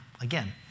Again